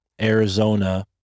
Arizona